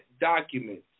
documents